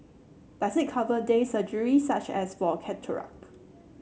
does it cover day surgery such as for cataract